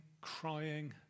crying